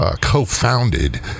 co-founded